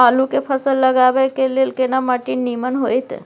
आलू के फसल लगाबय के लेल केना माटी नीमन होयत?